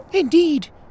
Indeed